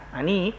ani